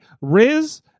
Riz